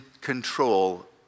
control